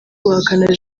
guhakana